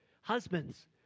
Husbands